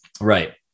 Right